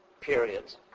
periods